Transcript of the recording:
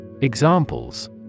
Examples